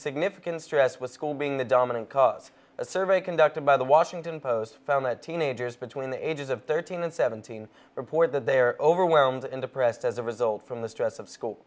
significant stress with school being the dominant cause a survey conducted by the washington post found that teenagers between the ages of thirteen and seventeen report that they are overwhelmed and depressed as a result from the stress of school